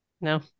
No